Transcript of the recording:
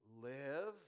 live